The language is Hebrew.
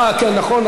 אה, כן, נכון.